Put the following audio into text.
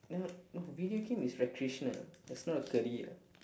no no video game is recreational it's not a career